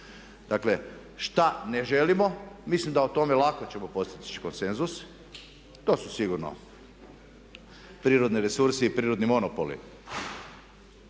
Dakle, šta ne želimo, mislim da o tome lako ćemo postići konsenzus. To su sigurno prirodni resursi i prirodni monopoli.